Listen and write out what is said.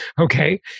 okay